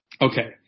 Okay